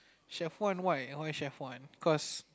chef one why why chef one cause